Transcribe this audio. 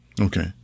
Okay